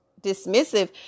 dismissive